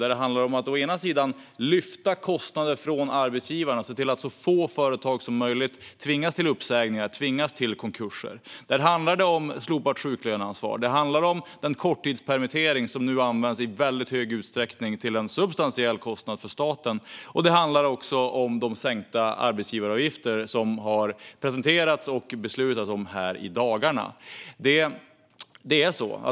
Det handlar om att lyfta kostnader från arbetsgivarna och se till att så få företag som möjligt tvingas till uppsägningar och konkurser. Det handlar om slopat sjuklöneansvar och om den korttidspermittering som nu används i väldigt stor utsträckning till en substantiell kostnad för staten. Det handlar också om de sänkta arbetsgivaravgifter som har presenterats och beslutats om här i dagarna.